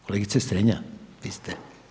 Kolegice Strenja, vi ste.